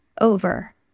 over